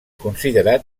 considerat